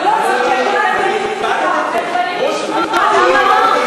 הם באים לשמוע, למה לא?